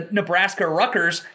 Nebraska-Ruckers